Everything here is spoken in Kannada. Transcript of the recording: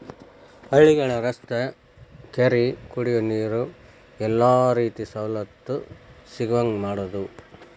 ಹಳ್ಳಿಗಳ ರಸ್ತಾ ಕೆರಿ ಕುಡಿಯುವ ನೇರ ಎಲ್ಲಾ ರೇತಿ ಸವಲತ್ತು ಸಿಗುಹಂಗ ಮಾಡುದ